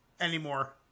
anymore